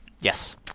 Yes